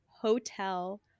hotel